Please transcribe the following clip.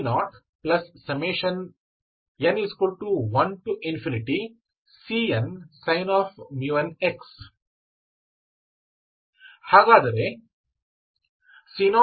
ಆದ್ದರಿಂದ fxc0n1cnsin nx ಹಾಗಾದರೆ c0 ಅನ್ನು ನೀವು ಹೇಗೆ ಪಡೆಯುತ್ತೀರಿ